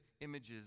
images